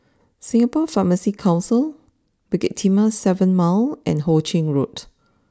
Singapore Pharmacy Council Bukit Timah seven Mile and Ho Ching Road